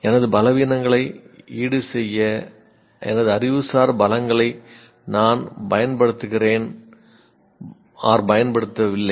எனது பலவீனங்களை ஈடுசெய்ய எனது அறிவுசார் பலங்களை நான் பயன்படுத்துகிறேன் பயன்படுத்துவதில்லை